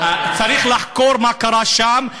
צריך לחקור מה קרה שם,